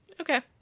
Okay